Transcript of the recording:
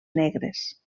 negres